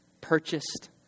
purchased